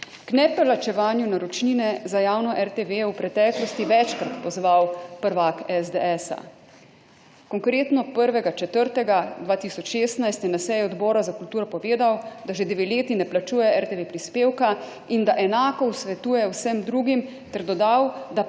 K neplačevanju naročnine za javno RTV je v preteklosti večkrat pozval prvak SDS. Konkretno 1. 4. 2016 je na seji Odbora za kulturo povedal, da že dve leti ne plačuje RTV prispevka in da enako svetuje vsem drugim, ter dodal,